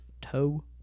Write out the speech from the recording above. toe